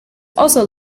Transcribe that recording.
also